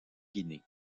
guinée